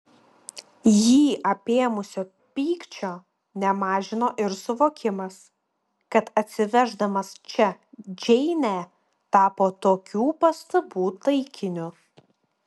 jį apėmusio pykčio nemažino ir suvokimas kad atsiveždamas čia džeinę tapo tokių pastabų taikiniu